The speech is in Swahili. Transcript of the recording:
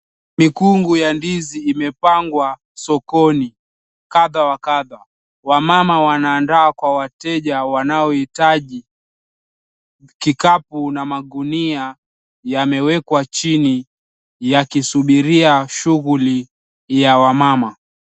Mikungu ya ndizi imepangwa sokoni kadha wa kadha, wamama wanaandaa kwa wateja wanaohitaji, kikapu na magunia yamewekwa chini ya kisubiria shughuli ya wamama.